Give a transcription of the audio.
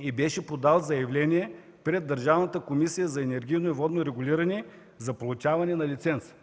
и беше подал заявление пред Държавната комисия за енергийно и водно регулиране за получаване на лиценз.